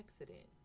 accident